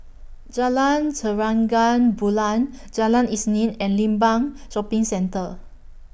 Jalan Bulan Jalan Isnin and Limbang Shopping Centre